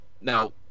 now